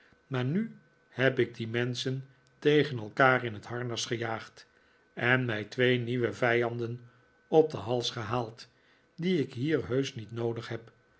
maar nu heb ik die menschen tegen elkaar in het harnas gejaagd en mij twee nieuwe vijanden op den hals gehaald die ik hier heusch niet noodig had